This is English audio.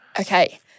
Okay